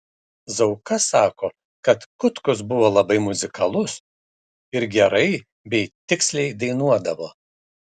zauka sako kad kutkus buvo labai muzikalus ir gerai bei tiksliai dainuodavo